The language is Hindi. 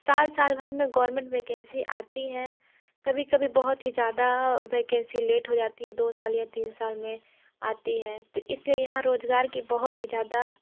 साल साल भर में गोवरमेंट वैकेंसी आती है कभी कभी बहुत ही ज़्यादा वैकेंसी लेट हो जाती है दो साल या तीन साल में आती है तो इस लिए यहाँ रोज़गार की बहुत ही ज़्यादा